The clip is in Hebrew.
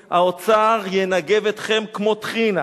קפואים/ האוצר ינגב אתכם כמו טחינה/